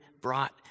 brought